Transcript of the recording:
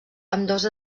ambdós